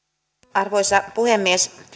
arvoisa puhemies